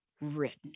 written